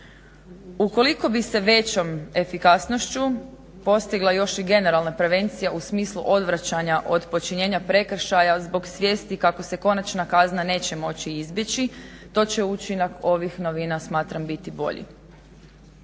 Ukoliko bi se većom efikasnošću postigla još i generalna prevencija u smislu odvraćanja od počinjenja prekršaja zbog svijesti kako se konačna kazna neće moći izbjeći, to će učinak ovih novina smatram biti bolji.